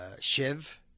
Shiv